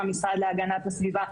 המשרד להגנת הסביבה,